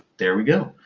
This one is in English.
there we go.